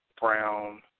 brown